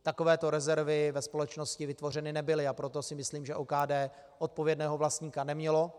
Takovéto rezervy ve společnosti vytvořeny nebyly, a proto si myslím, že OKD odpovědného vlastníka nemělo.